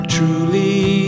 Truly